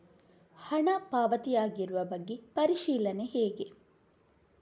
ಹಣ ಪಾವತಿ ಆಗಿರುವ ಬಗ್ಗೆ ಪರಿಶೀಲನೆ ಹೇಗೆ?